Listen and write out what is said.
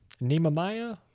Nehemiah